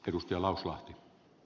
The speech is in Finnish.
palaan ed